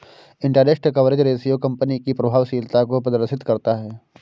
interest coverage ratio company की प्रभावशीलता को प्रदर्शित करता है